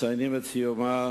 מציינים את סיומה